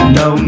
no